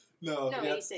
no